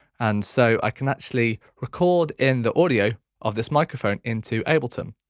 and so i can actually record in the audio of this microphone into ableton.